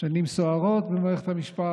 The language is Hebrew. שנים סוערות במערכת המשפט.